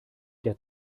der